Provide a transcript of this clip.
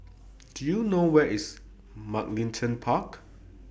Do YOU know Where IS Mugliston Park